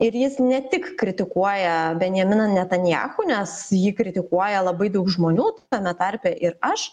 ir jis ne tik kritikuoja benjaminą netanjachu nes jį kritikuoja labai daug žmonių tame tarpe ir aš